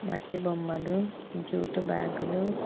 మట్టి బొమ్మలు జూటు బ్యాగులు